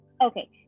okay